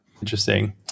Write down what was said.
Interesting